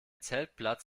zeltplatz